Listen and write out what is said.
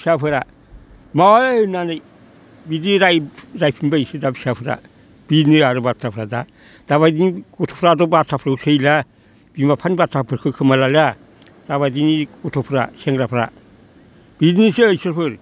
फिसाफोरा मावहै होननानै बिदि रायफिन बायोसो दा फिसाफोरा बिदिनो आरो बाथ्राफ्रा दा दाबादिनि गथ'फ्राथ' बाथ्राफोरखौ सैला बिमा बिफानि बाथ्राफोरखौ खोमा लालिया दा बादिनि गथ'फ्रा सेंग्राफ्रा बिदिनोसै इसोरफोर